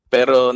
Pero